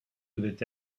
devait